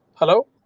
Hello